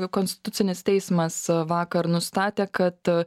konstitucinis teismas vakar nustatė kad